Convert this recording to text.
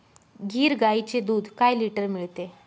गीर गाईचे दूध काय लिटर मिळते?